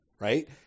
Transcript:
Right